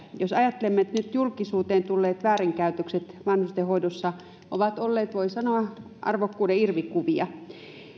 jos näin ajattelemme niin nyt julkisuuteen tulleet väärinkäytökset vanhustenhoidossa ovat olleet voi sanoa arvokkuuden irvikuvia